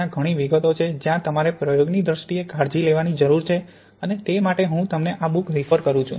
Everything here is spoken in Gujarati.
ત્યાં ઘણી વિગતો છે જ્યાં તમારે પ્રયોગની દ્રષ્ટિએ કાળજી લેવાની જરૂર છે અને તે માટે હું તમને આ બૂક રિફર કરું છું